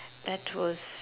that was